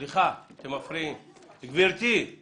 רוב התיקונים